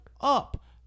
up